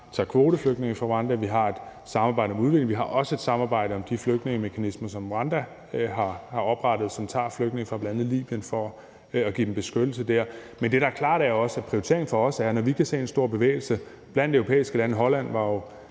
tager kvoteflygtninge fra Rwanda, vi har et samarbejde om udvikling, og vi har også et samarbejde om de flygtningemekanismer, som Rwanda har oprettet, og som tager flygtninge fra bl.a. Libyen for at give dem beskyttelse der. Men det er klart, at vi fra vores side prioriterer det her, når vi kan se en stor bevægelse blandt europæiske lande. Holland er jo